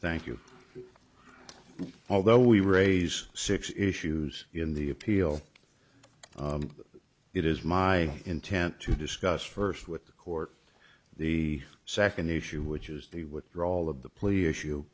thank you although we raise six issues in the appeal it is my intent to discuss first with the court the second issue which is the withdrawal of the